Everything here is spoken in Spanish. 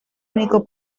único